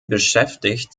beschäftigt